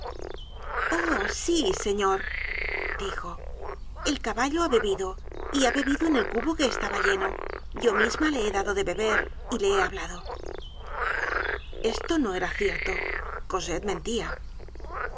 sí señor dijo el caballo ha bebido y ha bebido en el cubo que estaba lleno yo misma le he dado de beber y le he hablado esto no era cierto cosette mentia